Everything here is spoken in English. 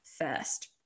first